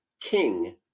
king